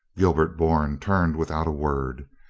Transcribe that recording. gilbert bourne turned without a word.